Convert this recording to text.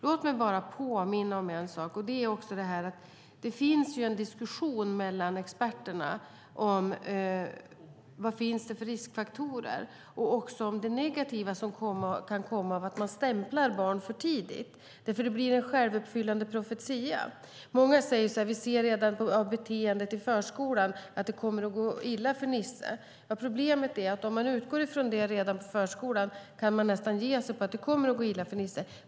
Låt mig bara påminna om en sak: Det finns en diskussion mellan experterna om vilka riskfaktorer som finns. Det handlar också om det negativa som kan komma av att man stämplar barn för tidigt. Det blir en självuppfyllande profetia. Många säger: Vi ser redan av beteendet i förskolan att det kommer att gå illa för Nisse. Problemet är att om man utgår från det redan på förskolan så kan man nästan ge sig på att det kommer att gå illa för Nisse.